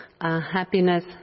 happiness